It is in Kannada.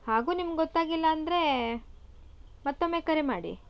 ಹಾಗೂ ನಿಮ್ಗೆ ಗೊತ್ತಾಗಿಲ್ಲ ಅಂದರೆ ಮತ್ತೊಮ್ಮೆ ಕರೆಮಾಡಿ